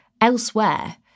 elsewhere